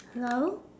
hello